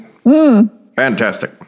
Fantastic